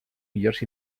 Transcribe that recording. millors